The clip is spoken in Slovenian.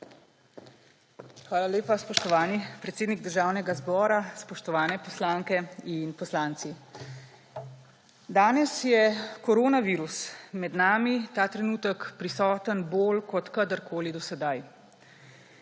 Hvala lepa, spoštovani predsednik Državnega zbora. Spoštovani poslanke in poslanci! Danes je koronavirus med nami, ta trenutek, prisoten bolj kot kadarkoli do sedaj.